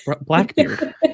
Blackbeard